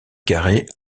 carré